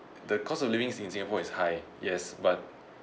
the cost of living in singapore is high yes but